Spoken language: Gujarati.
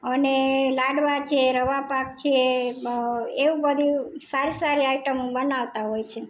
અને લાડવા છે રવા પાક છે એવું બધું સારી સારી આઇટમો બનાવતા હોઇ છે